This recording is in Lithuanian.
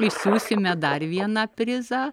išsiųsime dar vieną prizą